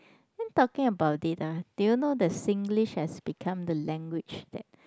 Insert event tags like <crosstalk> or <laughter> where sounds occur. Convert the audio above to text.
<noise> talking about it ah did you know that Singlish has become the language that